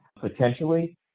potentially